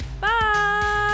Bye